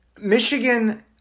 Michigan